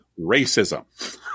racism